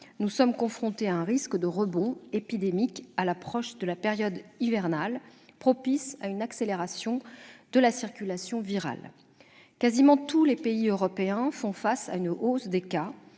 nous sommes confrontés à un risque de rebond épidémique, à l'approche de la période hivernale, propice à une accélération de la circulation virale. Pratiquement tous les pays européens font face à une hausse des cas,